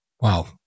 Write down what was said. Wow